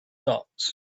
dots